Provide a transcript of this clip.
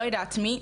לא יודעת מי,